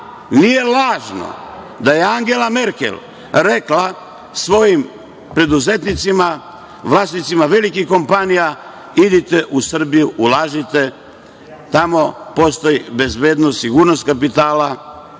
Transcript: ista. Nije lažno da je Angela Merkel rekla svojim preduzetnicima, vlasnicima velikih kompanija – idite u Srbiju, ulažite, tamo postoji bezbednost i sigurnost kapitala.